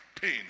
pain